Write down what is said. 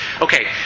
Okay